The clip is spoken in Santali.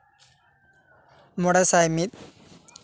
ᱢᱚᱬᱮ ᱥᱟᱭ ᱢᱤᱫ